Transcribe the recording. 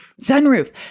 Sunroof